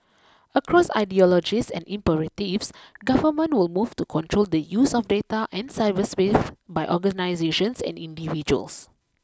across ideologies and imperatives government will move to control the use of data and cyberspace by organisations and individuals